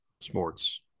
sports